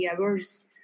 hours